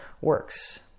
works